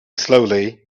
slowly